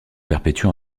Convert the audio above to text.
perpétue